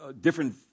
different